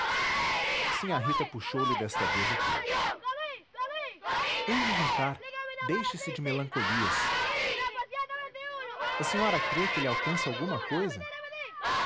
acabrunhado sinhá rita puxou lhe desta vez o queixo ande jantar deixe-se de melancolias a senhora crê que ele alcance alguma coisa